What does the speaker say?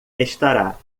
estará